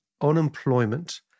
unemployment